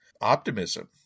Optimism